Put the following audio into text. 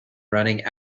running